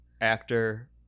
actor